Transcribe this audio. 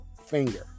finger